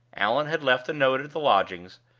allan had left a note at the lodgings,